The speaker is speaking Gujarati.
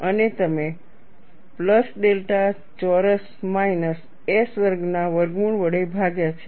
અને તમે પ્લસ ડેલ્ટા ચોરસ માઈનસ s વર્ગના વર્ગમૂળ વડે ભાગ્યા છે